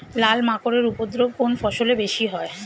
লাল মাকড় এর উপদ্রব কোন ফসলে বেশি হয়?